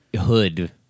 hood